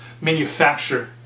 manufacture